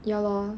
ya lor